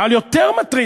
אבל יותר מטריד,